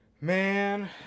Man